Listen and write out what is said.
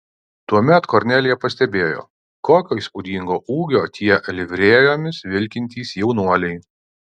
tuomet kornelija pastebėjo kokio įspūdingo ūgio tie livrėjomis vilkintys jaunuoliai